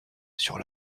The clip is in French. sur